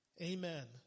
Amen